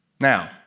Now